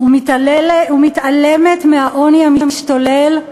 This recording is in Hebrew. ומתעלמת מהעוני המשתולל,